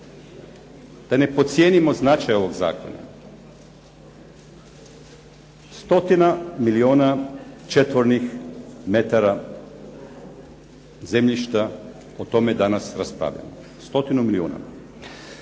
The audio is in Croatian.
da ne podcijenimo značaj ovog zakona. Stotina milijuna četvornih metara zemljišta, o tome danas raspravljamo, stotinu milijuna.